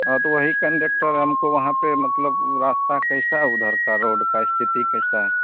हँ तो वही कण्डक्टर हमको वहाँ पर मतलब रास्ता कैसा है उधर के रोड की स्थिति कैसी है